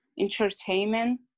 entertainment